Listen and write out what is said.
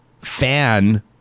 fan